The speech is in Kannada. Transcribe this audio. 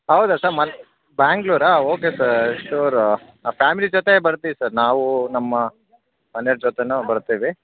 ಹೌದಾ ಸಾ ಮತ್ತು ಬೆಂಗ್ಳೂರಾ ಓಕೆ ಸರ್ ಶೂರು ಫ್ಯಾಮಿಲಿ ಜೊತೆ ಬರ್ತೀವಿ ಸರ್ ನಾವು ನಮ್ಮ ಮನೇರ ಜೊತೆನೂ ಬರ್ತೀವಿ